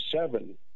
seven